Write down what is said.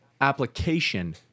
application